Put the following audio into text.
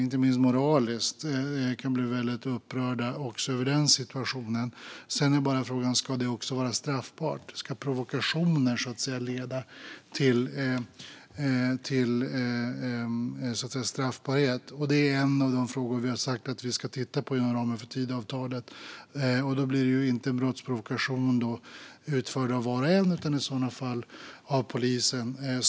Inte minst moraliskt kan vi bli väldigt upprörda också över den situationen. Sedan är frågan om det också ska vara straffbart - om provokationer ska leda till straffbarhet. Detta är en av de frågor vi har sagt att vi ska titta på inom ramen för Tidöavtalet. Det handlar i så fall inte om brottsprovokation utförd av var och en utan av polisen.